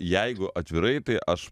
jeigu atvirai tai aš